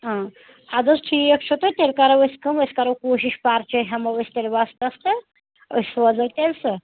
اَدٕ حظ ٹھیٖک چھُ تہٕ تیٚلہِ کرَو أسۍ کٲم أسۍ کرَو کوٗشِش پرچہِ ہٮ۪مو أسۍ تیٚلہِ وۄستَس تہٕ أسۍ سوزو تیٚلہِ سُہ